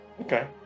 Okay